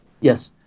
Yes